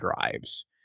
drives